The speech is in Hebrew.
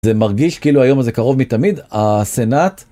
זה מרגיש כאילו היום הזה קרוב מתמיד, הסנאט.